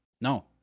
No